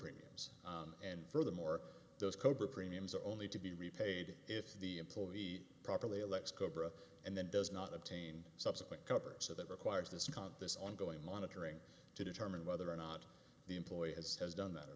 premiums and furthermore those cobra premiums are only to be repaid if the employee properly elects cobra and then does not obtain subsequent cover so that requires this congress ongoing monitoring to determine whether or not the employer has has done that or